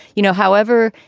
you know, however,